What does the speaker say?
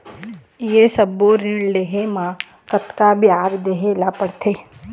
ये सब्बो ऋण लहे मा कतका ब्याज देहें ले पड़ते?